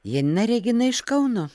janina regina iš kauno